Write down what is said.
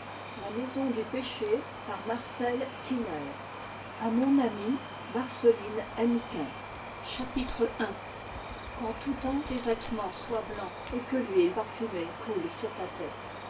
à mon amie marceline hennequin qu'en tout temps tes vêtements soient blancs et que l'huile parfumée coule sur ta tête